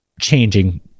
changing